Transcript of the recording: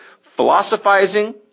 philosophizing